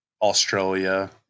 Australia